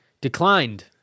declined